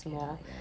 ya ya